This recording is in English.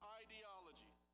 ideology